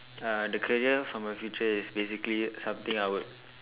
uh the career for my future is basically something I would